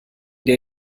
der